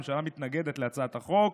הממשלה מתנגדת להצעת החוק.